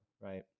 right